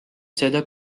seda